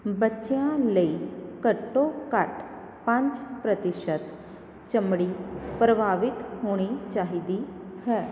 ਬੱਚਿਆਂ ਲਈ ਘੱਟੋ ਘੱਟ ਪੰਜ ਪ੍ਰਤੀਸ਼ਤ ਚਮੜੀ ਪ੍ਰਭਾਵਿਤ ਹੋਣੀ ਚਾਹੀਦੀ ਹੈ